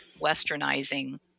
westernizing